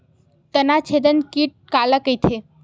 तनाछेदक कीट काला कइथे?